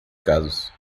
casos